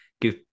give